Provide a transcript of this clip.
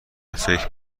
فکر